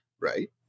Right